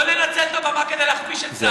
לנצל את הבמה כדי להכפיש את צה"ל.